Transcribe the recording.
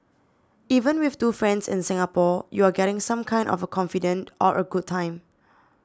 even with two friends in Singapore you're getting some kind of a confidante or a good time